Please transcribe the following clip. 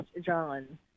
John